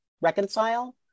reconcile